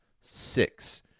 Six